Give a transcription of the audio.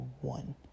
one